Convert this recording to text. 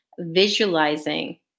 visualizing